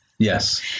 Yes